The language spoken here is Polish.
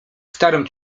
starym